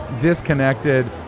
disconnected